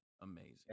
amazing